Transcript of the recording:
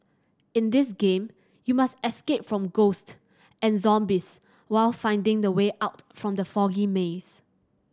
in this game you must escape from ghost and zombies while finding the way out from the foggy maze